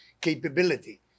capability